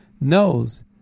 knows